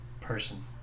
person